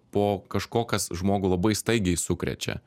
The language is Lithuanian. po kažko kas žmogų labai staigiai sukrečia